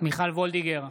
מיכל מרים וולדיגר,